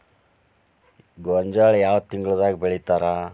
ಗೋಂಜಾಳ ಯಾವ ತಿಂಗಳದಾಗ್ ಬೆಳಿತಾರ?